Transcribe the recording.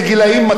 אז שינו להם.